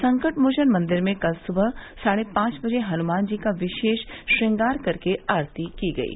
संकटमोचन मंदिर में कल सुबह साढ़े पांच बजे हनुमान जी का विशेष श्रृंगार करके आरती की गयी